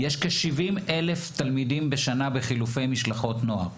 יש כ-70 אלף תלמידים בשנה בחילופי משלחות נוער.